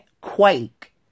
Quake